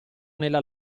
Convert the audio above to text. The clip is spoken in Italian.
nella